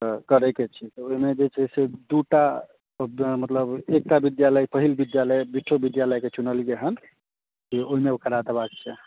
तऽ करयके छै तऽ ओहिमे जे छै से दूटा जेना मतलब एकटा विद्यालय पहिल विद्यालय बिट्ठो विद्यालयके चुनलियै हेँ जे ओहिमे करा देबाक छै